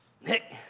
Nick